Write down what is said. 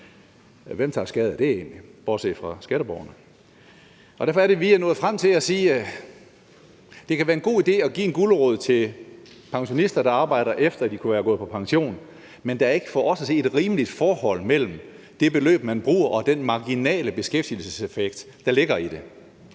egentlig skade af det bortset fra skatteborgerne? Derfor er det, at vi er nået frem til at sige, at det kan være en god idé at give en gulerod til pensionister, der arbejder, efter at de kunne være gået på pension, men der er ikke for os at se et rimeligt forhold mellem det beløb, man bruger, og den marginale beskæftigelseseffekt, der ligger i det.